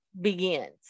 begins